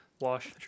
wash